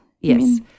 Yes